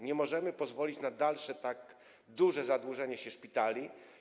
Nie możemy pozwolić na dalsze tak duże zadłużanie się szpitali.